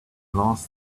last